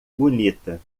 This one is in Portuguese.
bonita